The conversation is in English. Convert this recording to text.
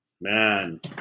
Man